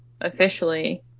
officially